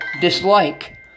dislike